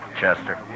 Chester